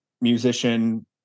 musician